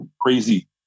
crazy